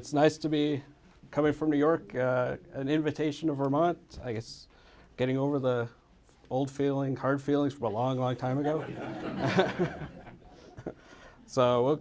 it's nice to be coming from new york an invitation of vermont i guess getting over the old feelings hard feelings for a long long time ago so